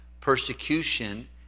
persecution